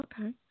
Okay